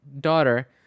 daughter